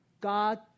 God